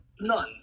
None